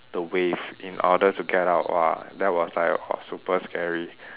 the wave in order to get out !whoa! that was like uh super scary